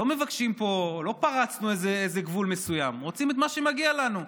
לא פרצנו איזה גבול מסוים, רוצים את מה שמגיע לנו.